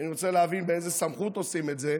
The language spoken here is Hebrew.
כי אני רוצה להבין באיזו סמכות עושים את זה.